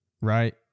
right